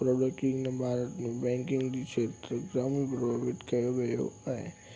पर बल्कि हिन भारत में बैंकिंग जी क्षेत्र जाम प्रोफ़िट कयो वियो आहे